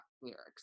lyrics